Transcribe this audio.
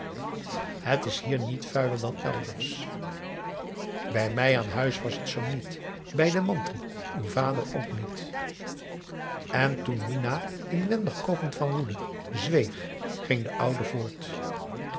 het is hier niet vuiler dan elders bij mij aan huis was het zoo niet bij den mantri uw vader ook niet en toen minah inwendig kokend van woede zweeg ging de oude voort